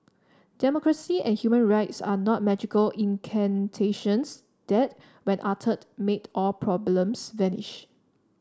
democracy and human rights are not magical incantations that when uttered make all problems vanish